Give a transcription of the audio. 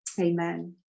amen